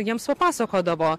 jiems papasakodavo